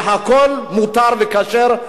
והכול מותר וכשר,